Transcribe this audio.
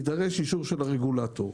יידרש אישור של הרגולטור.